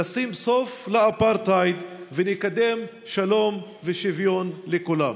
נשים סוף לאפרטהייד ונקדם שלום ושוויון לכולם.